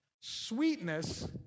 Sweetness